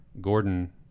Gordon